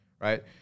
Right